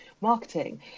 marketing